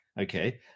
Okay